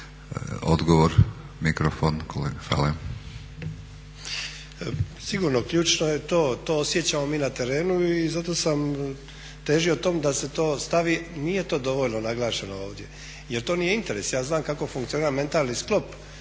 **Sanader, Ante (HDZ)** Sigurno, ključno je to, to osjećamo mi na terenu i zato sam težio tom da se to stavi. Nije to dovoljno naglašeno ovdje. Jer to nije interes. Ja znam kako funkcionira mentalni sklop